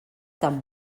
tan